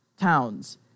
towns